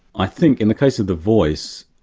i think in the case of the voice,